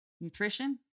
Nutrition